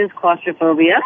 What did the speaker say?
claustrophobia